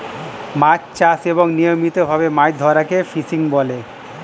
মাছ চাষ এবং নিয়মিত ভাবে মাছ ধরাকে ফিশিং বলে